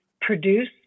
produce